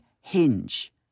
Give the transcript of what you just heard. Hinge